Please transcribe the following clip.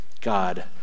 God